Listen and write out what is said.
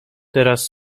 teraz